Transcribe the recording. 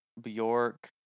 Bjork